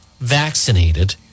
vaccinated